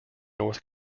north